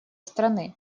страны